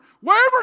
Wherever